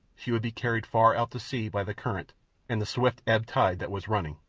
she would be carried far out to sea by the current and the swift ebb tide that was running.